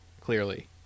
clearly